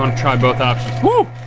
um try both options. woo!